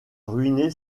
ruiné